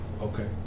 Okay